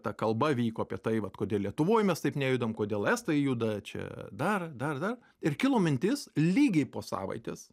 ta kalba vyko apie tai vat kodėl lietuvoj mes taip nejudam kodėl estai juda čia dar dar ir kilo mintis lygiai po savaitės